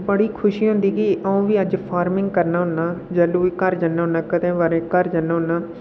बड़ी खुशी होंदी की अं'ऊ बी अज्ज फार्मिंग करना होन्नां जैलूं बी घर जन्ना होन्नां कदें कदालें घर जन्ना होन्नां